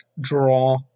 draw